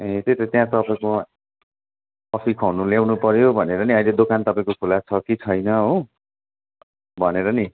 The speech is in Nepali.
ए त्यही त त्यहाँ तपाईँकोमा कफी खुवाउनु ल्याउनु पऱ्यो भने नि अहिले दोकान तपाईँको खुला छ कि छैन हो भनेर नि